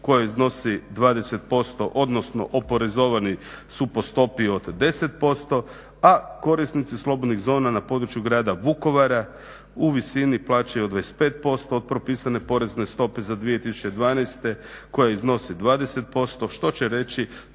koja iznosa 20%, odnosno oporezovani su po stopi od 10%, a korisnici slobodnih zona na području grada Vukovara u visini plaćaju od 25% od propisane porezne stope za 2012. koja iznosi 20%, što će reći